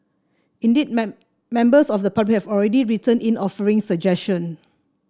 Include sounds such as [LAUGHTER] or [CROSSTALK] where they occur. indeed [UNINTELLIGIBLE] members of the [UNINTELLIGIBLE] have already written in offering suggestion